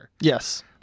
Yes